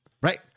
Right